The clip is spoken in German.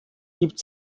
gibt